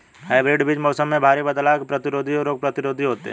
hybrid बीज मौसम में भारी बदलाव के प्रतिरोधी और रोग प्रतिरोधी होते हैं